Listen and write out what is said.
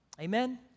Amen